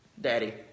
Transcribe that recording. daddy